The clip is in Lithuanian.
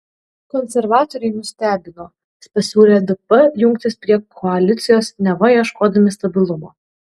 konservatoriai nustebino pasiūlę dp jungtis prie koalicijos neva ieškodami stabilumo